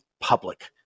public